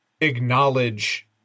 acknowledge